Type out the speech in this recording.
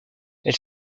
elle